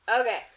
Okay